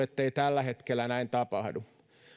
ettei tällä hetkellä näin tapahdu